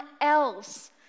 else